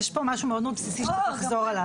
יש פה משהו מאוד מאוד בסיסי, שצריך לחזור עליו.